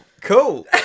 Cool